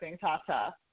Tata